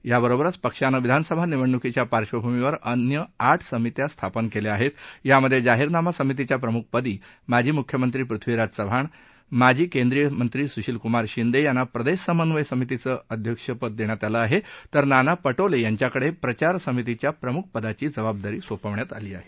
याबरोबरचं पक्षानं विधानसभा निवडणुकीच्या पार्शंभूमीवर अन्य आठ समित्या स्थापन केल्या आहेत यामध्ये जाहीरनामा समितीच्या प्रमुखपदी माजी मुख्यमंत्री पृथ्वीराज चव्हाण माजी केंद्रीय मंत्री सुशीलकुमार शिंदे यांना प्रदेश समन्वय समितीचं अध्यक्ष करण्यात आलं आहे तर नाना पौले यांच्याकडे प्रचार समितीच्या प्रमुख पदाची जबाबदारी देण्यात आली आहे